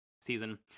season